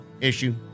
issue